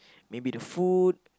maybe the food